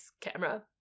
camera